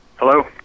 Hello